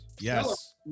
yes